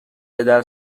پدر